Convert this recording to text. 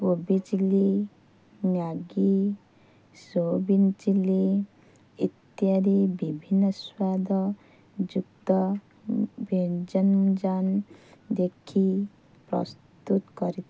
କୋବି chilli Maggi soybean chilli ଇତ୍ୟାଦି ବିଭିନ୍ନ ସ୍ୱାଦ ଯୁକ୍ତ ବ୍ୟଞ୍ଜନ ଦେଖି ପ୍ରସ୍ତୁତ କରିଥାଉ